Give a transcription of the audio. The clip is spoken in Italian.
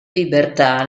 libertà